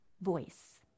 voice